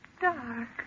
Dark